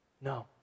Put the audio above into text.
No